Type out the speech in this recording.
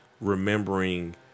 remembering